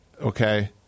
Okay